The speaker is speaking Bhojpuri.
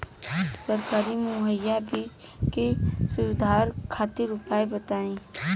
सरकारी मुहैया बीज में सुधार खातिर उपाय बताई?